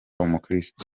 umukirisitu